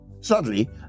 Sadly